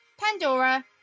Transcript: Pandora